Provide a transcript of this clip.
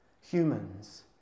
humans